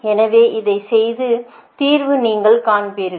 எனவே இதை செய்து தீர்வு நீங்கள் காண்பீர்கள்